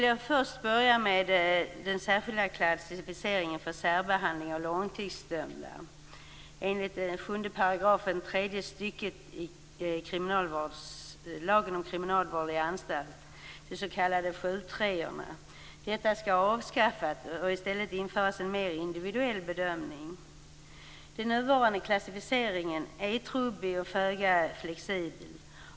Jag börjar först med den särskilda klassificeringen för särbehandling av långtidsdömda enligt 7 § tredje stycket lagen om kriminalvård i anstalt, de s.k. sjutreorna. Denna paragraf skall avskaffas, och en mer individuell bedömning skall införas. Den nuvarande klassificeringen är trubbig och föga flexibel.